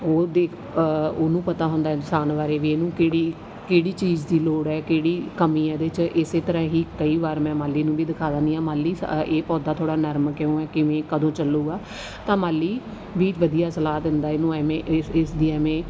ਉਹ ਦੇਖ ਉਹਨੂੰ ਪਤਾ ਹੁੰਦਾ ਇਨਸਾਨ ਬਾਰੇ ਵੀ ਇਹਨੂੰ ਕਿਹੜੀ ਕਿਹੜੀ ਚੀਜ਼ ਦੀ ਲੋੜ ਹੈ ਕਿਹੜੀ ਕਮੀ ਹੈ ਇਹਦੇ 'ਚ ਇਸੇ ਤਰ੍ਹਾਂ ਹੀ ਕਈ ਵਾਰ ਮੈਂ ਮਾਲੀ ਨੂੰ ਵੀ ਦਿਖਾ ਦਿੰਦੀ ਹਾਂ ਮਾਲੀ ਸ ਇਹ ਪੌਦਾ ਥੋੜ੍ਹਾ ਨਰਮ ਕਿਉਂ ਹੈ ਕਿਵੇਂ ਕਦੋਂ ਚੱਲੂਗਾ ਤਾਂ ਮਾਲੀ ਵੀ ਵਧੀਆ ਸਲਾਹ ਦਿੰਦਾ ਇਹਨੂੰ ਐਵੇਂ ਇਸ ਇਸਦੀ ਐਵੇਂ